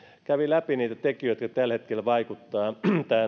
kävi läpi niitä tekijöitä jotka tällä hetkellä vaikuttavat